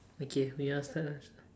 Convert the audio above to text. okay you ask that ah